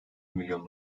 milyon